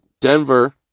Denver